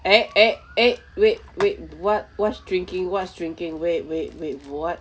eh eh eh wait wait what what's drinking what's drinking wait wait wait what